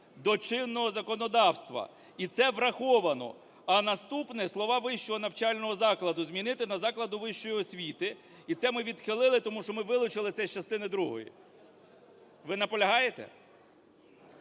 до чинного законодавства. І це враховано. А наступне: слова "вищого навчального закладу" змінити на "заклади вищої освіти". І це ми відхилили, тому що це ми вилучили з частини другої. Ви наполягаєте?